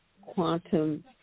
quantum